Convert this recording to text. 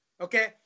Okay